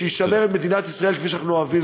שישמר את מדינת ישראל כפי שאנחנו אוהבים ומכירים.